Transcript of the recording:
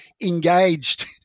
engaged